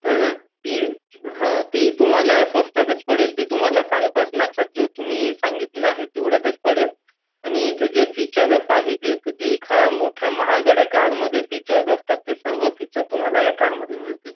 तर ती हा ती तुम्हाला स्वस्तातच पडेल ती तुम्हाला साडेपाच लाखात जो तुम्ही सांगितला आहे तेवढ्यातच पडेल आणि इथे जे फीचर पाहिजेत जे एका मोठ्या महागड्या कारमध्ये फीचर असतात ते सर्व फीचर तुम्हाला ह्या कारमध्ये मिळतील